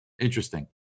interesting